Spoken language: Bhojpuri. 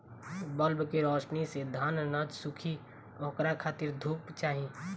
बल्ब के रौशनी से धान न सुखी ओकरा खातिर धूप चाही